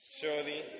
Surely